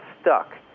stuck